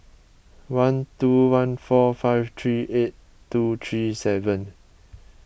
one two one four five three eight two three seven